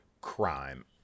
crime